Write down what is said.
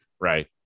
Right